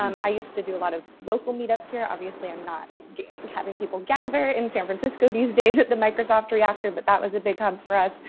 um i used to do a lot of local meetups here. obviously i'm not having people gather in san francisco these days at the microsoft reactor, but that was a big hub for us.